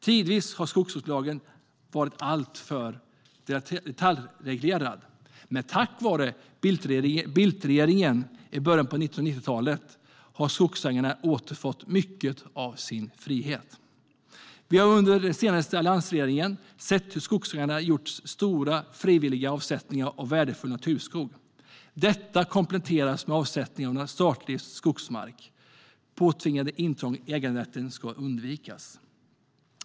Tidvis har skogsvårdslagen varit alltför detaljreglerande, men tack vare Bildtregeringen i början av 1990-talet har skogsägarna återfått mycket av sin frihet. Vi har under den senaste alliansregeringen sett hur skogsägarna gjort stora frivilliga avsättningar av värdefull naturskog. Detta kompletterades med avsättningar av statlig skogsmark. Påtvingade intrång i äganderätten ska undvikas.